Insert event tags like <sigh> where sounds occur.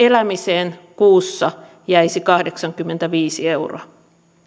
<unintelligible> elämiseen jäisi kahdeksankymmentäviisi euroa kuussa